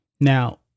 Now